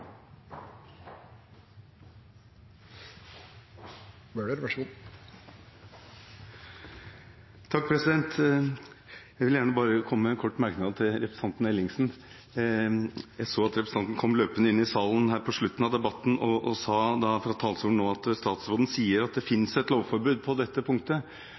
Jeg vil gjerne bare få komme med en kort merknad til representanten Ellingsen. Jeg så at han kom løpende inn i salen på slutten av debatten, og fra talerstolen sa han at statsråden sier at det finnes et lovforbud på det ene punktet